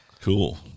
Cool